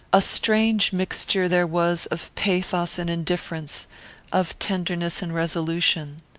a strange mixture there was of pathos and indifference of tenderness and resolution.